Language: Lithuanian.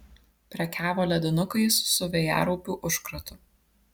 prekiavo ledinukais su vėjaraupių užkratu